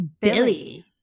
Billy